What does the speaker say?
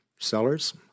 Sellers